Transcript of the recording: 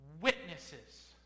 Witnesses